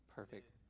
Perfect